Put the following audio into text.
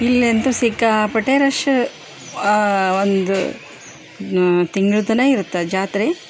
ಇಲ್ಲಂತು ಸಿಕ್ಕಾಪಟ್ಟೆ ರಶ್ ಒಂದು ತಿಂಗಳು ತನಕ ಇರುತ್ತೆ ಜಾತ್ರೆ